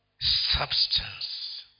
substance